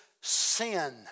sin